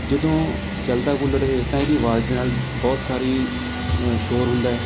ਜਦੋਂ ਚੱਲਦਾ ਕੂਲਰ ਇਹ ਤਾਂ ਇਹਦੀ ਆਵਾਜ਼ ਦੇ ਨਾਲ਼ ਬਹੁਤ ਸਾਰੀ ਸ਼ੌਰ ਹੁੰਦਾ ਹੈ